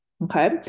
Okay